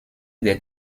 des